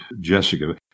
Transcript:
Jessica